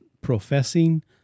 professing